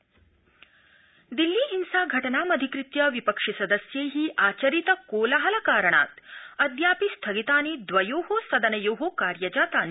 सदनम् दिल्ली हिंसा घटनामधिकृत्य विपक्षिसदस्यै आचरित कोलाहल कारणात् अद्यापि स्थगितानि द्वयो सदनयो कार्यजातानि